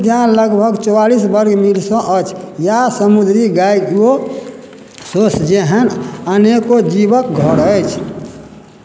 उद्यान लगभग चौवालीस बर्ग मील सँ अछि या समुद्री गाय ओ सोंस जेहन अनेको जीवक घर अछि